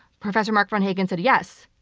professor mark von hagen said yes.